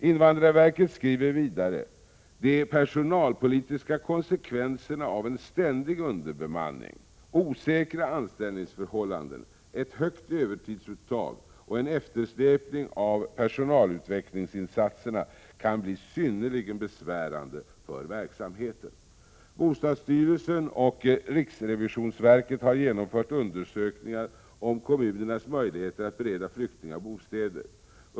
Invandrarverket skriver vidare: ”De personalpolitiska konsekvenserna av en ständig underbemanning, osäkra anställningsförhållanden, ett högt övertidsuttag och en eftersläpning av personalutvecklingsinsatserna kan bli synnerligen besvärande för verksamheten.” Bostadsstyrelsen och riksrevisionsverket har genomfört undersökningar om kommunernas möjligheter att bereda flyktingar bostäder.